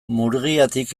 murgiatik